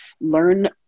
learn